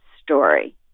story